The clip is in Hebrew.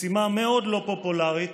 משימה מאוד לא פופולרית,